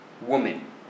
woman